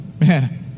man